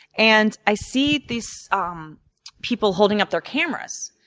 and i see these um people holding up their cameras.